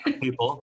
people